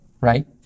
right